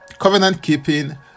covenant-keeping